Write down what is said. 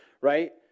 right